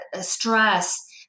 stress